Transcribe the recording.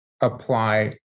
apply